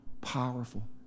powerful